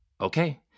Okay